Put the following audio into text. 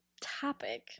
topic